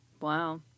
Wow